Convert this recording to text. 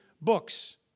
books